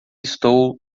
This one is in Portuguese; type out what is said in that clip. estou